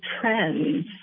trends